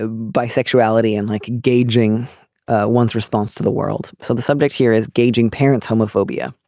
ah bisexuality and like gauging one's response to the world. so the subject here is gauging parents homophobia.